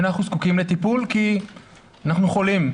שאנחנו זקוקים לטיפול כי אנחנו חולים.